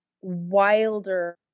Wilder